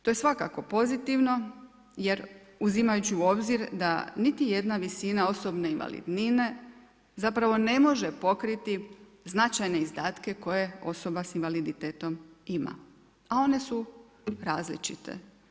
To je svakako pozitivno jer uzimajući u obzir da niti jedna visina osobne invalidnine zapravo ne može pokriti značajne izdatke koje osoba sa invaliditetom ima a one su različite.